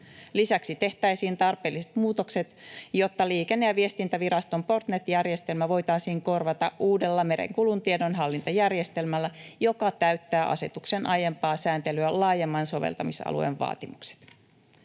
Lisäksi tehtäisiin tarpeelliset muutokset, jotta Liikenne- ja viestintäviraston Portnet-järjestelmä voitaisiin korvata uudella merenkulun tiedonhallintajärjestelmällä, joka täyttää asetuksen aiempaa sääntelyä laajemman soveltamisalueen vaatimukset.